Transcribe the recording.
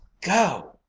go